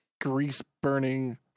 grease-burning